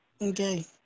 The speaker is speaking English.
okay